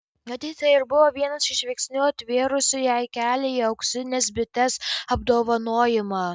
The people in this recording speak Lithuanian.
matyt tai ir buvo vienas iš veiksnių atvėrusių jai kelią į auksinės bitės apdovanojimą